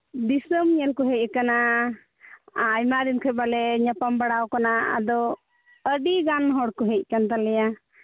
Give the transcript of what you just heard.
ᱫᱤᱥᱚᱢ ᱧᱮᱞ ᱠᱚ ᱦᱮᱡ ᱠᱟᱱᱟ ᱟᱭᱢᱟ ᱫᱤᱱ ᱠᱷᱚᱱ ᱵᱟᱞᱮ ᱧᱟᱯᱟᱢ ᱵᱟᱲᱟᱣ ᱠᱟᱱᱟ ᱟᱫᱚ ᱟᱹᱰᱤᱜᱟᱱ ᱦᱚᱲ ᱠᱚ ᱦᱮᱡ ᱠᱟᱱ ᱛᱟᱞᱮᱭᱟ